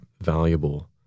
valuable